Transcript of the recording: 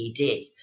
ED